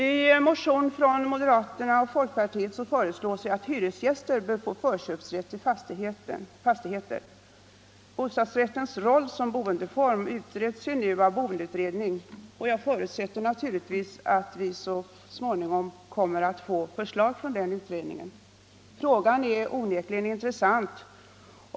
I en motion från moderaterna och folkpartiet föreslås att hyresgäster bör få förköpsrätt till fastigheter. Bostadsrättens roll såsom boendeform utreds nu av boendeutredningen, och jag förutsätter naturligtvis att vi så småningom kommer att få förslag från den utredningen. Frågan är onekligen intressant.